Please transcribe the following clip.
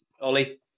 Ollie